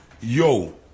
yo